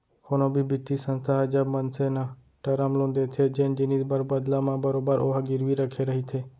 कोनो भी बित्तीय संस्था ह जब मनसे न टरम लोन देथे जेन जिनिस बर बदला म बरोबर ओहा गिरवी रखे रहिथे